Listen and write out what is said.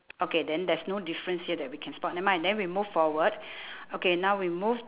okay then there's no difference here we can that we can spot never mind then we move forward okay now we move